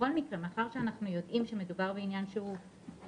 בכל מקרה, מאחר שאנחנו יודעים שמדובר בעניין ארעי,